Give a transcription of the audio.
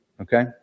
Okay